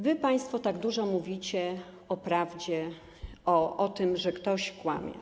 Wy państwo tak dużo mówicie o prawdzie, o tym, że ktoś kłamie.